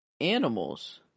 animals